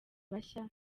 bashya